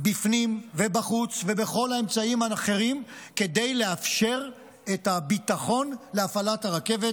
בפנים ובחוץ ובכל האמצעים האחרים כדי לאפשר את הביטחון להפעלת הרכבת.